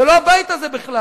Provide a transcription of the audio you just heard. זה לא הבית הזה בכלל.